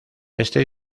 este